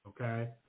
Okay